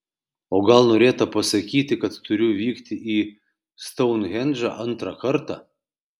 o gal norėta pasakyti kad turiu vykti į stounhendžą antrą kartą